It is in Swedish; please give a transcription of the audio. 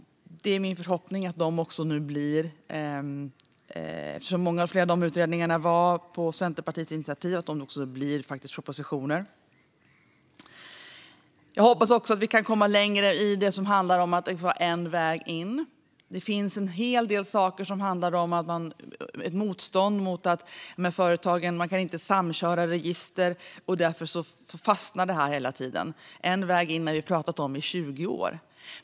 Eftersom flera av utredningarna tillsattes på Centerpartiets initiativ är det min förhoppning att de kommer att resultera i propositioner. Jag hoppas också att vi kan komma längre i det som handlar om att det ska vara en väg in. Det finns en hel del saker som handlar om ett motstånd hos företagen. Det går inte att samköra register, och därför fastnar de hela tiden. Vi har pratat om en väg in i 20 år.